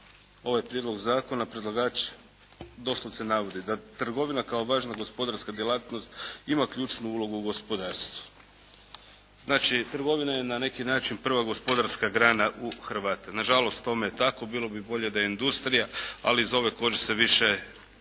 ovaj prijedlog zakona, predlagač doslovce navodi da trgovina kao važna gospodarska djelatnost ima ključnu ulogu u gospodarstvu. Znači trgovina je na neki način prva gospodarska grana u Hrvata. Na žalost tome je tako, bilo bi bolje da je industrija, ali iz ove kože se više